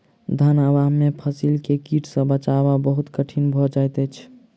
धन अभाव में फसील के कीट सॅ बचाव बहुत कठिन भअ जाइत अछि